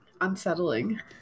Unsettling